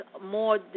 more